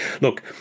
look